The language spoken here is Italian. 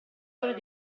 quello